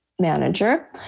manager